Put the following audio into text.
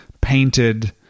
painted